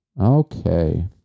okay